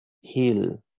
heal